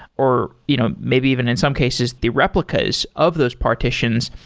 or you know maybe even in some cases the replicas of those partitions,